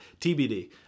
TBD